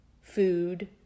Food